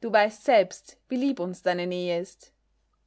du weißt selbst wie lieb uns deine nähe ist